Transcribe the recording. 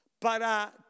para